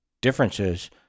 differences